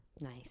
Nice